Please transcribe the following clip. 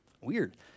weird